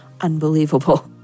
unbelievable